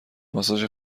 ماساژ